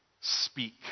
speak